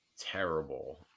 terrible